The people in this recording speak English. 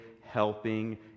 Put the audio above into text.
helping